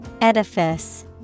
Edifice